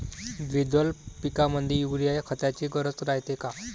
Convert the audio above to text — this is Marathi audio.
द्विदल पिकामंदी युरीया या खताची गरज रायते का?